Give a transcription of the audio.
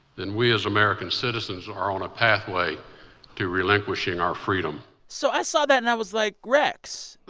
then we as american citizens are on a pathway to relinquishing our freedom so i saw that, and i was like, rex,